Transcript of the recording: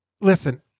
listen